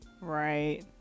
Right